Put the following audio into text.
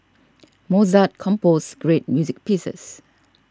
Mozart composed great music pieces